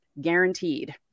guaranteed